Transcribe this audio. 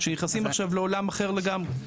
שנכנסים עכשיו לעולם אחר לגמרי.